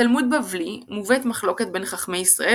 בתלמוד בבלי מובאת מחלוקת בין חכמי ישראל